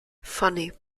fany